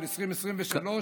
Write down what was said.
של 2023,